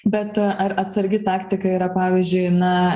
bet ar atsargi taktika yra pavyzdžiui na